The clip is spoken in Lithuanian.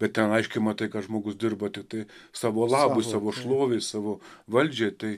bet ten aiškiai matai kad žmogus dirba tiktai savo labui savo šlovei savo valdžiai tai